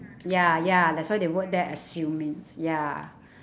ya ya that's why they wrote there assuming ya